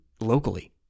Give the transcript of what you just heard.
locally